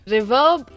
Reverb